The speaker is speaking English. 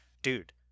Dude